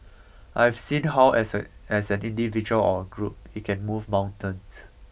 I have seen how as an as an individual or a group we can move mountains